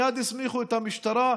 מייד הסמיכו את המשטרה.